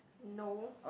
no